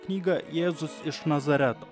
knygą jėzus iš nazareto